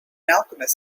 alchemist